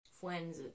friends